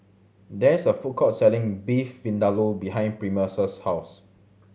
there is a food court selling Beef Vindaloo behind Primus' house